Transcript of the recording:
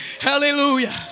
Hallelujah